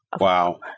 Wow